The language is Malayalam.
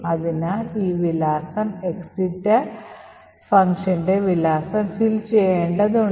അതിനാൽ ഈ വിലാസം എക്സിറ്റ് ഫംഗ്ഷന്റെ വിലാസം fill ചെയ്യേണ്ടതുണ്ട്